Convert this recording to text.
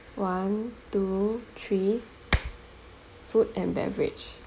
one two three food and beverage